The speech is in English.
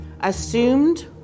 assumed